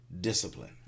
discipline